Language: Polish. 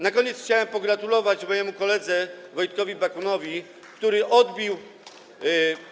Na koniec chciałem pogratulować mojemu koledze Wojtkowi Bakunowi, który odbił